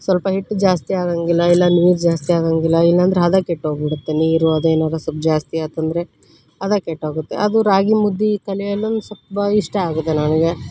ಸ್ವಲ್ಪ ಹಿಟ್ಟು ಜಾಸ್ತಿ ಆಗೋಂಗಿಲ್ಲ ಇಲ್ಲ ನೀರು ಜಾಸ್ತಿ ಆಗೋಂಗಿಲ್ಲ ಇಲ್ಲಾಂದರೆ ಹದ ಕೆಟ್ಟೋಗಿಬಿಡುತ್ತೆ ನೀರು ಅದೇನಾದ್ರು ಸ್ವಲ್ಪ ಜಾಸ್ತಿ ಆಯ್ತಂದ್ರೆ ಹದ ಕೆಟ್ಟೋಗುತ್ತೆ ಅದು ರಾಗಿಮುದ್ದೆ ಕಲಿಯಲು ಸ್ವಲ್ಪ ಇಷ್ಟ ಆಗಿದೆ ನನಗೆ